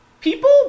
people